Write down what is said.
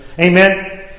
amen